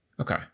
Okay